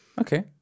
Okay